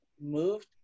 moved